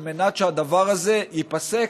על מנת שהדבר הזה ייפסק.